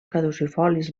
caducifolis